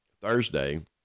Thursday